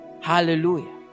Hallelujah